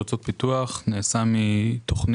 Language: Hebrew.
הוצאות פיתוח, מתכנית